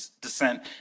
descent